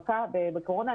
ההדבקה בקורונה.